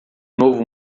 novo